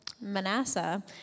Manasseh